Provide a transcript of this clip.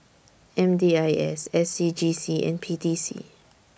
M D I S S C G C and P T C